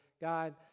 God